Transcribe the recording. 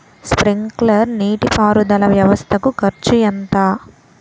Sprinkler నీటిపారుదల వ్వవస్థ కు ఖర్చు ఎంత?